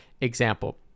example